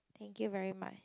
thank you very much